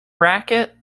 racket